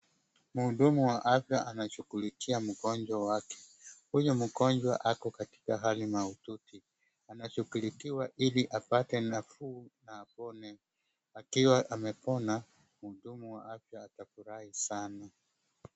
Mhudumu wa afya anashughulikia mgonjwa wake. Huyo mgonjwa yuko katika hali mahututi, anashughulikiwa ili apate nafuu na apone. Akiwa amepona, mhudumu wa afya atafurahi sana.